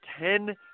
ten